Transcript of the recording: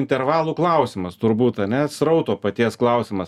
intervalų klausimas turbūt ane srauto paties klausimas